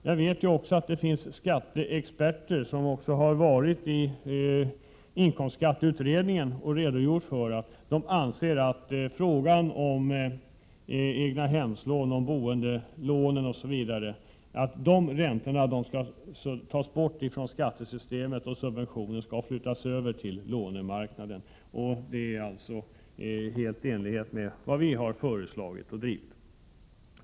Jag vet att det finns skatteexperter som inför inkomstskattekommittén har redogjort för att de anser att räntorna på lån till boendet skall tas bort från skattesystemet och subventionen flyttas över till lånemarknaden. Det är helt i enlighet med vad vi har föreslagit och drivit.